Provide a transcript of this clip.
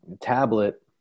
tablet